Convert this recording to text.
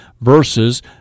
verses